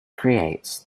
creates